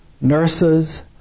nurses